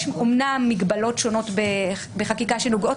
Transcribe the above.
יש אמנם מגבלות שונו ת בחקיקה שנוגעות